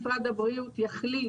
משרד הבריאות יחליט